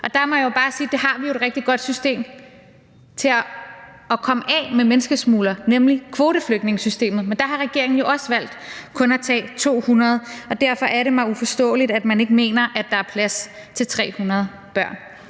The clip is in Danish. Der må jeg bare sige, at vi har et rigtig godt system til at komme af med menneskesmuglere, nemlig kvoteflygtningesystemet, men der har regeringen også valgt kun at tage 200. Derfor er det mig uforståeligt, at man ikke mener, at der er plads til 300 børn.